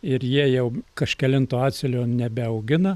ir jie jau kažkelinto atsėlio nebeaugina